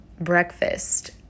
breakfast